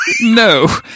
No